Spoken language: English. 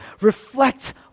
Reflect